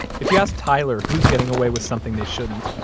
if you ask tyler who's getting away with something they shouldn't,